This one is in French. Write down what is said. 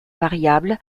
variable